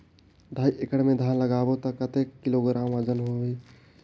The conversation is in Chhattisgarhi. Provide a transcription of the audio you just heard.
ढाई एकड़ मे धान लगाबो त कतेक किलोग्राम वजन होही?